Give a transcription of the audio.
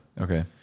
Okay